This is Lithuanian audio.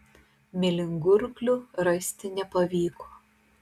mėlyngurklių rasti nepavyko